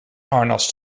harnas